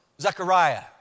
Zechariah